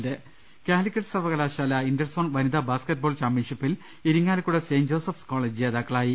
രുട്ടിട്ട്ട്ട്ട്ട്ട്ട കാലിക്കറ്റ് സർവ്വകലാശാല ഇന്റർസോൺ വനിതാ ബാസ്ക്കറ്റ്ബോൾ ചാമ്പ്യൻഷിപ്പിൽ ഇരിങ്ങാലക്കുട സെന്റ് ജോസഫ്സ് കോളജ് ജേതാക്കളാ യി